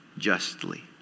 justly